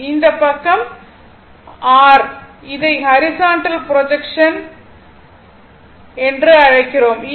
எனவே இந்த பக்கம் r இதை ஹரிசாண்டல் ப்ரொஜெக்ஷன் என்று அழைக்கிறோம்